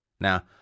Now